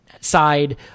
side